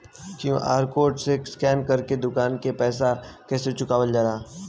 QR code से scan कर के दुकान के पैसा कैसे चुकावल जाला?